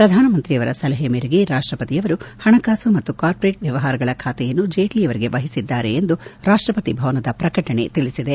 ಪ್ರಧಾನಮಂತ್ರಿಯವರ ಸಲಹೆ ಮೇರೆಗೆ ರಾಷ್ಷಪತಿಯವರು ಹಣಕಾಸು ಮತ್ತು ಕಾರ್ಪೋರೇಟ್ ವ್ಯವಹಾರಗಳ ಬಾತೆಯನ್ನು ಜೇಟ್ಲಯವರಿಗೆ ವಹಿಸಿದ್ದಾರೆ ಎಂದು ರಾಷ್ಟಪತಿ ಭವನದ ಪ್ರಕಟಣೆ ತಿಳಿಸಿದೆ